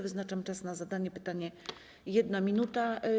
Wyznaczam czas na zadanie pytania - 1 minuta.